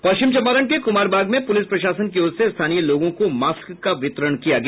पश्चिम चम्पारण के कुमारबाग में पुलिस प्रशासन की ओर से स्थानीय लोगों को मास्क का वितरण किया गया